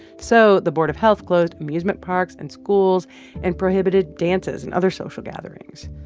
so the board of health closed amusement parks and schools and prohibited dances and other social gatherings,